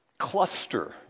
Cluster